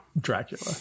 Dracula